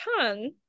tongue